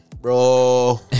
Bro